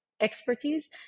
expertise